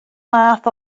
math